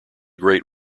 great